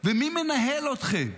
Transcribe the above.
ומי מנהל אתכם?